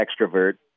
extrovert